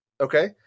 okay